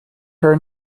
her